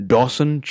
Dawson